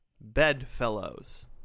Bedfellows